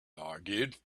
argued